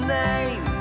name